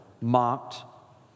mocked